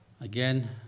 Again